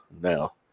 now